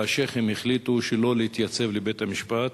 והשיח'ים החליטו שלא להתייצב לבית-המשפט,